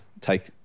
take